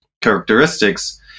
characteristics